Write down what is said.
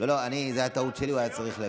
זו טעות שלי, הוא היה צריך,